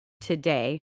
today